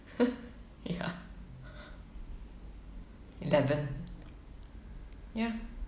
ya eleven ya